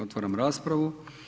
Otvaram raspravu.